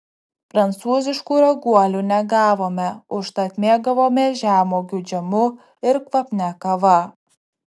prancūziškų raguolių negavome užtat mėgavomės žemuogių džemu ir kvapnia kava